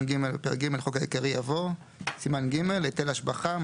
ג' בפרק ג' לחוק העיקרי יבוא: "סימן ג': היטל השבחה,